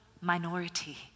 minority